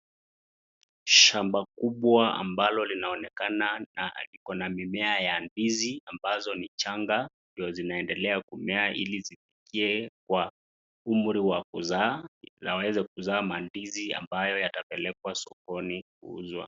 Shamba kubwa ambalo linaonekana ikona mimea ya ndizi ambazo ni changa ndio zinaendelea kumea ili zifikie kwa umri wa kuzaa na iweze kuzaa mandizi ambayo yatapelekwa sokoni kuuzwa.